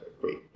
Great